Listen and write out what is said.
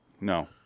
No